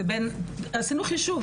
עשינו חישוב,